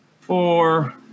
four